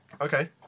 Okay